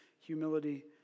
humility